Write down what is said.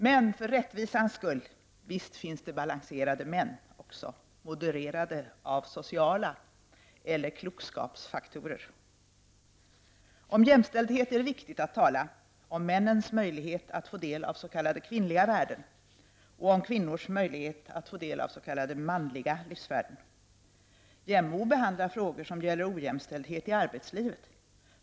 Men -- för rättvisans skull -- visst finns det balanserade män också, modererade av sociala faktorer eller klokskapsfaktorer. Om jämställdhet är det viktigt att tala, om männens möjlighet att få del av s.k. kvinnliga värden och om kvinnors möjlighet att få del av s.k. manliga livsvärden. JämO behandlar frågor som gäller ojämställdhet i arbetslivet.